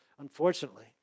unfortunately